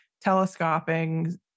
telescoping